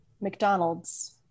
McDonald's